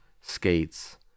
skates